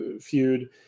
feud